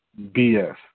BS